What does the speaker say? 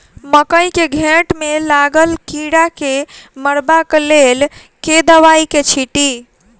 मकई केँ घेँट मे लागल कीड़ा केँ मारबाक लेल केँ दवाई केँ छीटि?